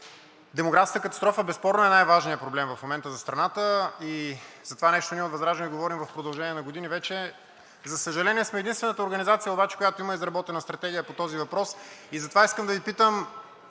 демографската катастрофа безспорно е най-важният проблем в момента за страната и за това нещо ние от ВЪЗРАЖДАНЕ говорим в продължение на години вече. За съжаление, сме единствената организация обаче, която има изработена стратегия по този въпрос. Затова искам да Ви питам: